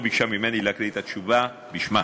וביקשה ממני להקריא את התשובה בשמה.